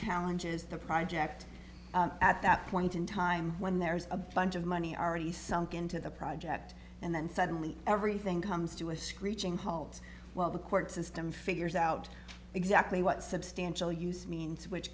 challenges the project at that point in time when there's a bunch of money already sunk into the project and then suddenly everything comes to a screeching halt while the court system figures out exactly what substantial use means which